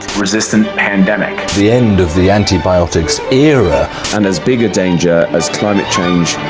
resistant pandemic the end of the antibiotics era and as big a danger as climate change